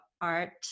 art